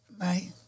Right